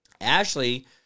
Ashley